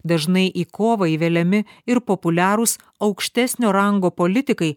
dažnai į kovą įveliami ir populiarūs aukštesnio rango politikai